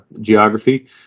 geography